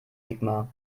sigmar